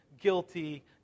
Guilty